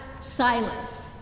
silence